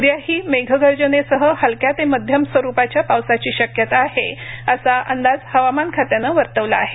उद्याही मेघगर्जनेसह हलक्या ते मध्यम स्वरुपाच्या पावसाची शक्यता आहे असा अंदाज हवामान खात्यानं वर्तवला आहे